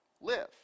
live